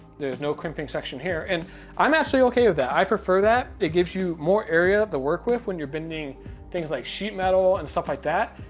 there's no crimping section here, and i'm actually okay with that. i prefer that. it gives you more area to work with when you're bending things like sheet metal, and stuff like that.